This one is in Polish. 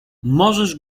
możesz